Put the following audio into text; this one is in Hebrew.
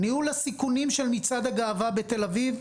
ניהול הסיכונים של מצעד הגאווה בתל אביב,